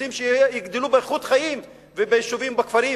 רוצים שיגדלו באיכות חיים וביישובים ובכפרים